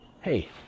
hey